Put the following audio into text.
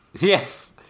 Yes